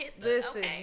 listen